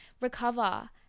Recover